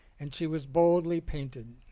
and she was boldly painted.